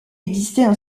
existaient